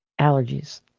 allergies